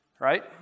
Right